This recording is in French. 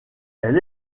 elle